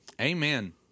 amen